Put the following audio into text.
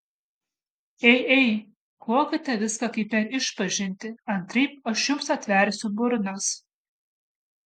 ei ei klokite viską kaip per išpažintį antraip aš jums atversiu burnas